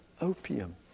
opium